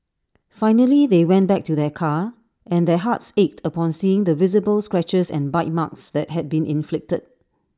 finally they went back to their car and their hearts ached upon seeing the visible scratches and bite marks that had been inflicted